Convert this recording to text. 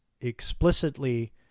explicitly